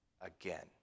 again